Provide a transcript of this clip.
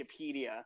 Wikipedia